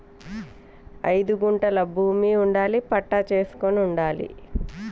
ఎంత భూమి ఉంటే నేను బీమా చేసుకోవచ్చు? నేను బీమా చేసుకోవడానికి నాకు కావాల్సిన అర్హత ఏంటిది?